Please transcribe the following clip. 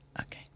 Okay